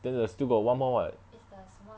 then the still got [one] more [what]